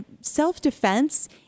self-defense